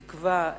תקווה,